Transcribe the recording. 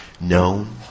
known